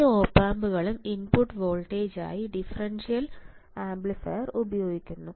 മിക്ക ഒപ് ആമ്പുകളും ഇൻപുട്ട് വോൾട്ടേജായി ഡിഫറൻഷ്യൽ ആംപ്ലിഫയർ ഉപയോഗിക്കുന്നു